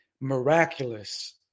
miraculous